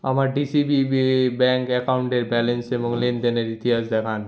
আমার DCB bank অ্যাকাউন্টের balance এবং লেনদেনের ইতিহাস দেখান